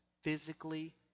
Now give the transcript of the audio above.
physically